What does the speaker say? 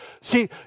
See